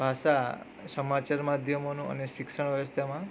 ભાષા સમાચારમાં માધ્યમોનું અને શિક્ષણો વ્યવસ્થામાં